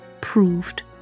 proved